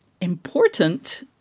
important